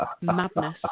madness